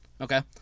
Okay